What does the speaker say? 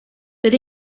but